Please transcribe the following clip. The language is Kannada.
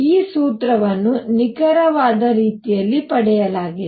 ಈ ಸೂತ್ರವನ್ನು ನಿಖರವಾದ ರೀತಿಯಲ್ಲಿ ಪಡೆಯಲಾಗಿದೆ